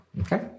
okay